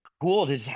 cool